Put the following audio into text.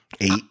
eight